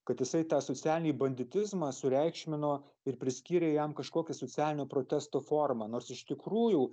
kad jisai tą socialinį banditizmą sureikšmino ir priskyrė jam kažkokį socialinio protesto formą nors iš tikrųjų